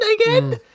again